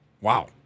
Wow